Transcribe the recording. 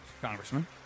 Congressman